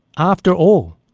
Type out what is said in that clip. after all,